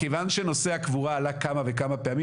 מכיוון שנושא הקבורה על כמה וכמה פעמים